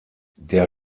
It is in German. der